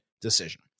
decision